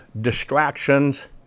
distractions